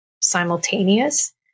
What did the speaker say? simultaneous